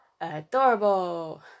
adorable